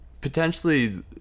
potentially